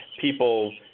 people –